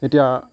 এতিয়া